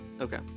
Okay